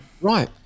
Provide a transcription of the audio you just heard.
Right